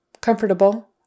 Comfortable